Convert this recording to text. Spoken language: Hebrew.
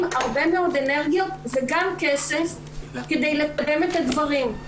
הרבה מאוד אנרגיות וגם כסף כדי לקדם את הדברים.